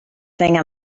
thing